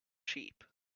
sheep